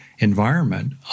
environment